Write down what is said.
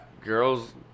girls